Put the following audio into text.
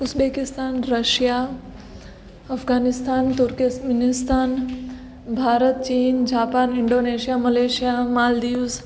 Uzbekistan Russia Afghanistan Turkmenistan Bharat ચીન Japan Indonesia Malaysia Maldives